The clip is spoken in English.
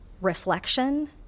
Reflection